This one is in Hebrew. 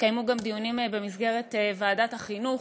התקיימו גם דיונים בוועדת החינוך,